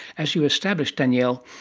as you established danielle,